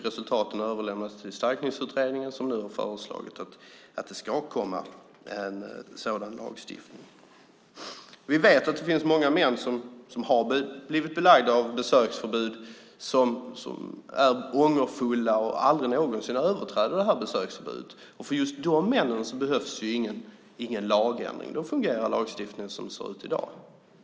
Resultaten har överlämnats till Stalkningsutredningen som nu har föreslagit att det ska komma en sådan lagstiftning. Vi vet att det finns många män som har blivit belagda med besöksförbud som är ångerfulla och aldrig någonsin överträder besöksförbudet. För just de männen behövs ingen lagändring. Då fungerar lagstiftningen som den ser ut i dag.